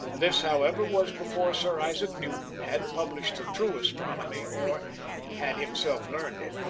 this, however, was before sir isaac newton had published the true astronomy, or had himself learned it.